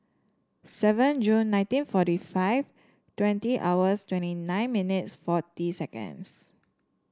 seven June nineteen forty five twenty hours twenty nine minutes forty seconds